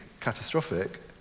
catastrophic